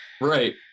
Right